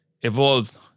evolved